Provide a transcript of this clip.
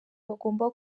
bagomba